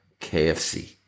KFC